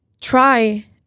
try